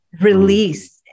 release